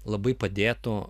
labai padėtų